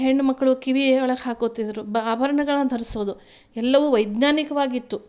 ಹೆಣ್ಣು ಮಕ್ಕಳು ಕಿವಿ ಒಳಗೆ ಹಾಕೋತಿದ್ರು ಬ ಆಭರ್ಣಗಳ ಧರಿಸೋದು ಎಲ್ಲವು ವೈಜ್ಞಾನಿಕವಾಗಿತ್ತು